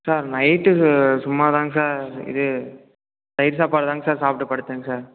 sir night சும்மாதாங்க sir இது தயிர் சாப்பாடுதாங்க சார் சாப்பிட்டு படுத்தேங்க சார்